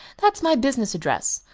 that's my business address.